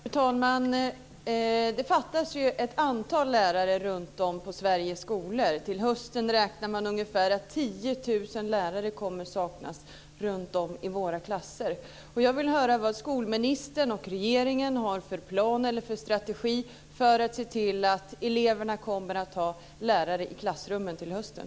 Fru talman! Det fattas ju ett antal lärare runt om på Sveriges skolor. Till hösten räknar man med att ungefär 10 000 lärare kommer att saknas runt om i våra klasser.